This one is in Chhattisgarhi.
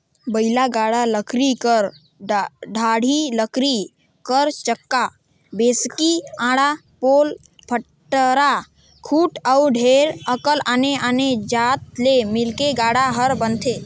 बइला गाड़ा लकरी कर डाड़ी, लकरी कर चक्का, बैसकी, आड़ा, पोल, पटरा, खूटा अउ ढेरे अकन आने आने जाएत ले मिलके गाड़ा हर बनथे